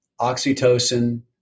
oxytocin